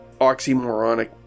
oxymoronic